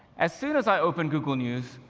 as soon as i open google news,